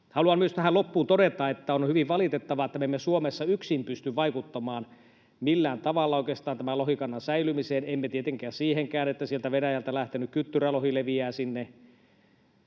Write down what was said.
Haluan tähän loppuun myös todeta, että on hyvin valitettavaa, että me emme Suomessa yksin pysty vaikuttamaan oikeastaan millään tavalla tämän lohikannan säilymiseen, emme tietenkään siihenkään, että Venäjältä lähtenyt kyttyrälohi leviää sinne.